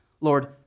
Lord